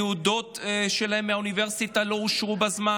התעודות שלהם מהאוניברסיטה לא אושרו בזמן,